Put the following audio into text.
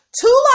two